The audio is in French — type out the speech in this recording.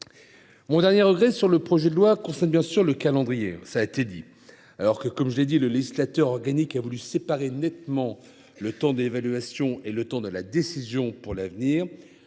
Mon dernier regret sur ce projet de loi concerne, bien sûr, le calendrier. Alors que, comme je l’ai dit, le législateur organique a voulu séparer nettement le temps de l’évaluation et le temps de la décision pour l’avenir,